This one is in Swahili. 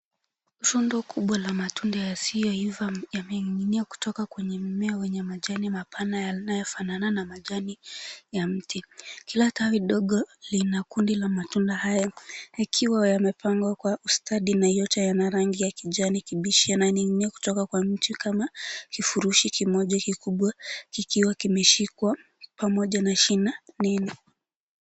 Rundo kubwa la matunda yasiyoiva yamening'inia kutoka kwa mmea wenye majani mapana yanayofanana na majani ya mti. Kila tawi dogo lina kundi la matunda haya yakiwa yamepangwa kwa ustadi na yote yana rangi ya kijani kibichi yananing'inia kutoka kwa mti kama kifurushi kimoja kikubwa kikiwa kimeshikwa pamoja na shina nene.